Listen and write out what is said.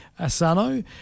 Asano